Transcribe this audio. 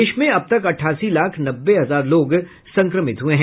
देश में अब तक अठासी लाख नब्बे हजार लोग संक्रमित हुए हैं